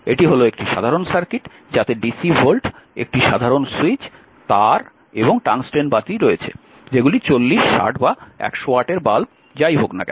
এটি হল একটি সাধারণ সার্কিট যাতে ডিসি ভোল্ট একটি সাধারণ সুইচ তার এবং টংস্টেন বাতি রয়েছে যেগুলি 40 60 বা 100 ওয়াটের বাল্ব যাই হোক না কেন